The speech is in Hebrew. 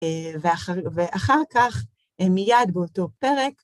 ואחר כך, מיד באותו פרק...